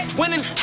winning